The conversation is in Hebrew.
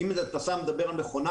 אם אתה מדבר על מכונה